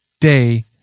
day